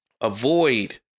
avoid